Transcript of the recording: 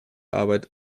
arbeit